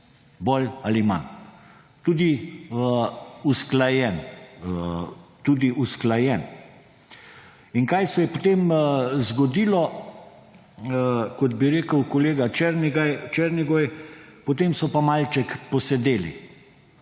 bolj ali manj tudi usklajen. Kaj se je potem zgodilo? Kot bi rekel kolega Černigoj, potem so pa malček posedeli.